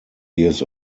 years